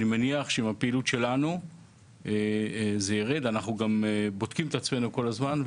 אני מניח שעם הפעילות שלנו זה ירד ואנחנו גם בודקים את עצמנו כל הזמן,